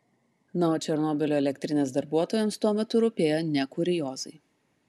na o černobylio elektrinės darbuotojams tuo metu rūpėjo ne kuriozai